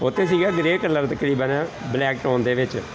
ਉੱਥੇ ਸੀਗਾ grey colour ਤਕਰੀਬਨ ਬਲੈਕ ਟੋਨ ਦੇ ਵਿੱਚ